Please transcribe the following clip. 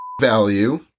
Value